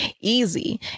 Easy